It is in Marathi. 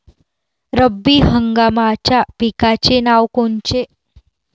रब्बी हंगामाच्या पिकाचे नावं कोनचे?